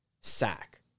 sack